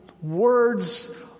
words